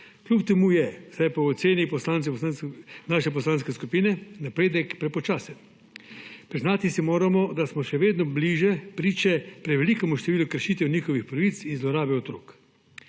Kljub temu je, vsaj po oceni naše poslanske skupine, napredek prepočasen. Priznati si moramo, da smo še vedno priče prevelikemu številu kršitev njihovih pravic in zlorab otrok,